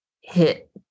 hit